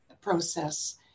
process